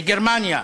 בגרמניה.